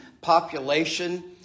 population